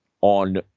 on